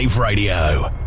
Radio